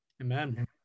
amen